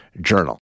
journal